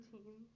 Team